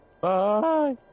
Bye